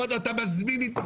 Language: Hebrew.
אמרתי לו שהוא מזמין אינתיפאדה.